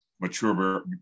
mature